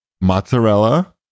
mozzarella